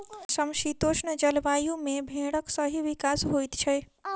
समशीतोष्ण जलवायु मे भेंड़क सही विकास होइत छै